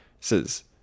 Says